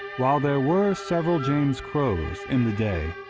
while there were several james crowe's in the day,